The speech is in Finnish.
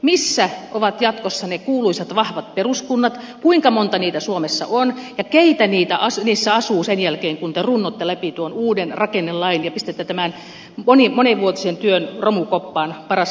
missä ovat jatkossa ne kuuluisat vahvat peruskunnat kuinka monta niitä suomessa on ja keitä niissä asuu sen jälkeen kun te runnotte läpi tuon uuden rakennelain ja pistätte tämän monivuotisen työn romukoppaan paras hankkeeseen liittyen